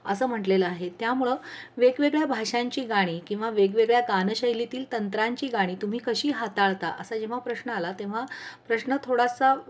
असं म्हटलेलं आहे त्यामुळं वेगवेगळ्या भाषांची गाणी किंवा वेगवेगळ्या गानशैलीतील तंत्रांची गाणी तुम्ही कशी हाताळता असा जेव्हा प्रश्न आला तेव्हा प्रश्न थोडासा